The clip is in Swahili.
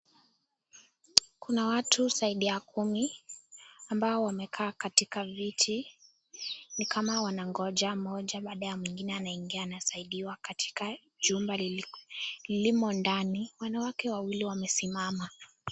Kuna watu zaidi ya kumi, ambao wamekaa katika viti ni kama wanangoja, mmoja baada ya mwingine anaingia anasaidiwa katika jumba lililo ndani, kuna wanawake wawili wamesimama.